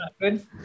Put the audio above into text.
good